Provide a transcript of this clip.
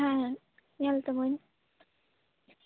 ᱦᱮᱸ ᱦᱮᱸ ᱧᱮᱞ ᱛᱟ ᱢᱟ ᱧ